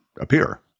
appear